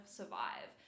survive